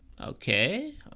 Okay